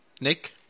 nick